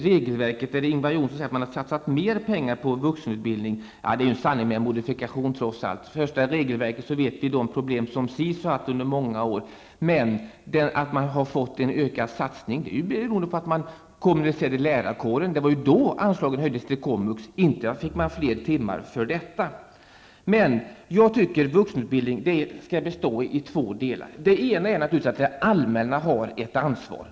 Ingvar Johnsson säger att man har satsat mera pengar på vuxenutbildning. Det är en sanning med modifikation. När det gäller regelverket känner vi till de problem som SIS har haft under många år. Det har gjorts en ökad satsning beroende på att man har kommunaliserat lärarkåren. Det var i samband med detta anslagen till komvux höjdes -- inte fick man flera timmar för detta. Jag anser att vuxenutbildningen skall bestå av två delar. För det första har det allmänna ett ansvar.